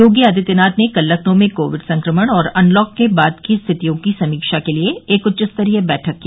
योगी आदित्यनाथ ने कल लखनऊ में कोविड संक्रमण और अनलॉक के बाद की स्थितियों की समीक्षा के लिए एक उच्च स्तरीय बैठक की